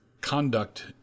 conduct